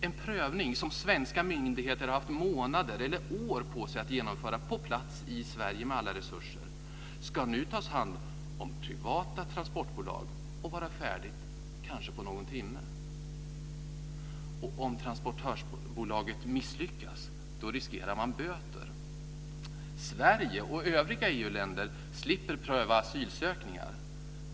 En prövning som svenska myndigheter har haft månader och år på sig att genomföra på plats i Sverige med alla resurser ska nu tas om hand av privata transportbolag och vara färdigt kanske på någon timme. Om transportbolaget misslyckas riskerar man böter. Sverige och övriga EU-länder slipper pröva asylansökningar.